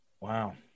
Wow